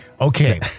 Okay